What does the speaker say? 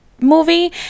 movie